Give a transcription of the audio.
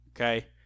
okay